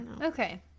Okay